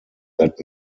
that